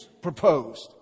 proposed